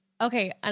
Okay